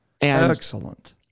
excellent